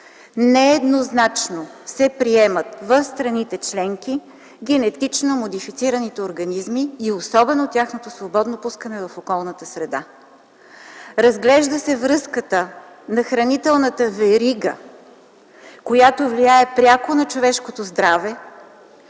Нееднозначно се приемат в страните членки ГМО и особено тяхното свободно пускане в околната среда. Разглежда се връзката на хранителната верига, която влияе пряко на човешкото здраве,